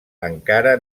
encara